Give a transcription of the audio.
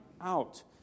out